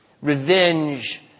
revenge